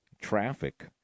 traffic